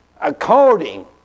according